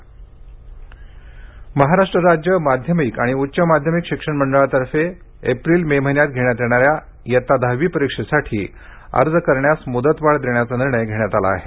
दहावी अर्ज मुदतवाढ महाराष्ट्र राज्य माध्यमिक आणि उच्च माध्यमिक शिक्षण मंडळातर्फे येत्या एप्रिल मे महिन्यात घेण्यात येणाऱ्या दहावी परीक्षेसाठी अर्ज करण्यास मुदतवाढ देण्याचा निर्णय घेण्यात आला आहे